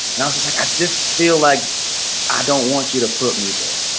and i was just like, i just feel like i don't want you to put me there.